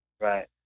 Right